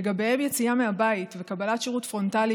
שלגביהן יציאה מהבית וקבלת שירות פרונטלי